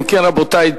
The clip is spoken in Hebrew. אם כן, רבותי,